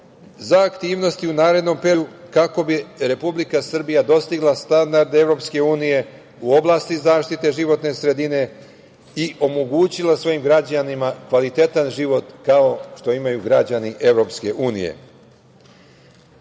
za aktivnosti u narednom periodu, kako bi Republika Srbija dostigla standard Evropske unije u oblasti zaštite životne sredine i omogućila svojim građanima kvalitetan život, kao što imaju građani